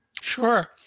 Sure